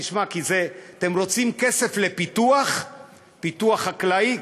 תשמע: אתם רוצים כסף לפיתוח חקלאי?